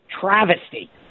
travesty